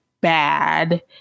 bad